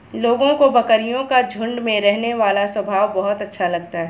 लोगों को बकरियों का झुंड में रहने वाला स्वभाव बहुत अच्छा लगता है